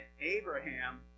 Abraham